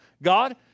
God